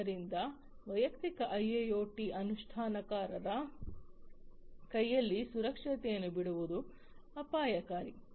ಆದ್ದರಿಂದ ವೈಯಕ್ತಿಕ IIoT ಅನುಷ್ಠಾನಕಾರರ ಕೈಯಲ್ಲಿ ಸುರಕ್ಷತೆಯನ್ನು ಬಿಡುವುದು ಅಪಾಯಕಾರಿ